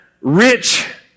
rich